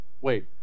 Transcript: Wait